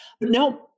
Now